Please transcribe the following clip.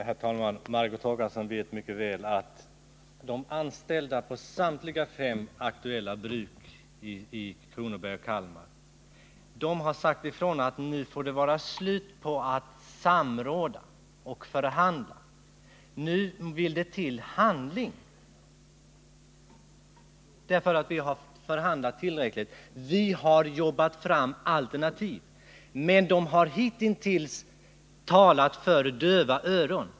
Herr talman! Margot Håkansson vet mycket väl att de anställda vid samtliga fem aktuella bruk i Kronobergs och Kalmar län har sagt att det måste vara slut på samråd och förhandlingar. för nu vill det till handling. De anser att det har förhandlats till ickligt. De har jobbat fram alternativ, men hitintills har de talat för döva öron.